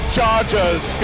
Chargers